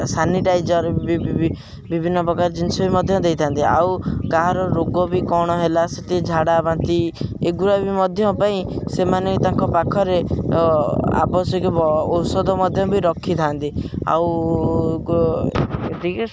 sanitiser ବିଭିନ୍ନ ପ୍ରକାର ଜିନିଷ ବି ମଧ୍ୟ ଦେଇଥାନ୍ତି ଆଉ ଗାଁହାର ରୋଗ ବି କ'ଣ ହେଲା ସେଠି ଝାଡ଼ା ବାନ୍ତି ଏଗୁୁଡ଼ା ବି ମଧ୍ୟ ପାଇଁ ସେମାନେ ତାଙ୍କ ପାଖରେ ଆବଶ୍ୟକ ଔଷଧ ମଧ୍ୟ ବି ରଖିଥାନ୍ତି ଆଉ